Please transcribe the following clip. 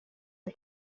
aya